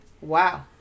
Wow